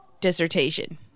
dissertation